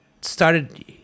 started